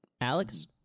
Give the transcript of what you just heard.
Alex